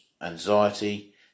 anxiety